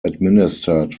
administered